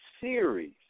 series